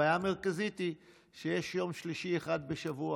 הבעיה המרכזית היא שיש יום שלישי אחד בשבוע,